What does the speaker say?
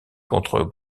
contre